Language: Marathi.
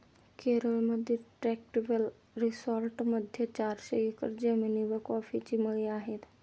केरळमधील ट्रँक्विल रिसॉर्टमध्ये चारशे एकर जमिनीवर कॉफीचे मळे आहेत